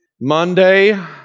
Monday